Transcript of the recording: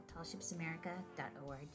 tallshipsamerica.org